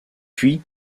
puis